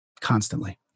Constantly